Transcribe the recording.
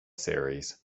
series